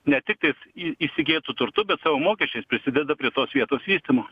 ne tik tais įsigytu turtu bet savo mokesčiais prisideda prie tos vietos vystymo